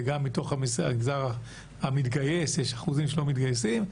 וגם בתוך המגזר המתגייס יש אחוזים שלא מתגייסים.